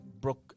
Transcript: Brooke